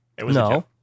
No